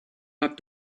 have